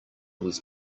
was